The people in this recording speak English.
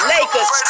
Lakers